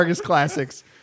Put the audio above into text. classics